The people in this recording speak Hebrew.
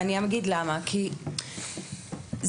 ראשית,